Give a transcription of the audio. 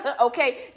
okay